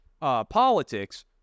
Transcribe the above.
politics